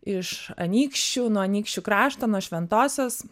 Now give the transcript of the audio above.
iš anykščių nuo anykščių krašto nuo šventosios